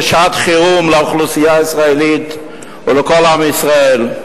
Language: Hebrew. זה שעת חירום לאוכלוסייה הישראלית ולכל עם ישראל.